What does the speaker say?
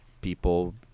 people